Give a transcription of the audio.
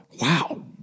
wow